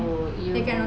oh !eww!